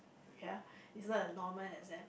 ya it's not a normal exam